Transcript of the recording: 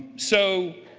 so,